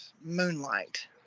Moonlight